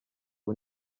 ubu